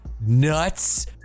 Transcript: nuts